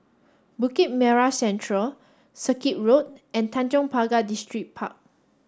Bukit Merah Central Circuit Road and Tanjong Pagar Distripark